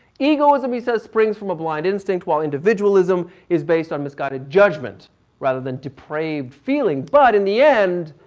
egoism he says springs from a blind instinct, while individualism is based on misguided judgment rather than depraved feeling. but in the end,